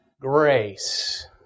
grace